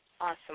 Awesome